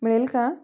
मिळेल का